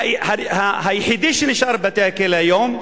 היחיד שנשאר בבית-הכלא היום,